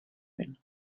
vent